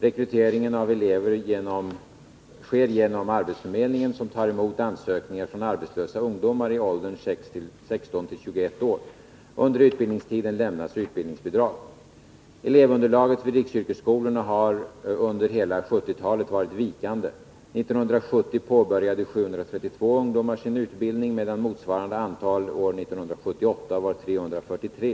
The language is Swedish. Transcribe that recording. Rekryteringen av elever sker genom arbetsförmedlingen, som tar emot ansökningar från arbetslösa ungdomar i åldern 16 till 21 år. Under utbildningstiden lämnas utbildningsbidrag. Elevunderlaget vid riksyrkesskolorna har under hela 1970-talet varit vikande. 1970 påbörjade 732 ungdomar sin utbildning, medan motsvarande antal år 1978 var 343.